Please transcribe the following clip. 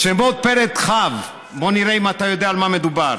שמות פרק כ', בוא נראה אם אתה יודע על מה מדובר.